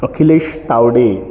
Akhilesh Tawde